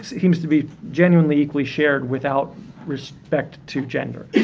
ah, seems to be generally equally shared without respect to gender.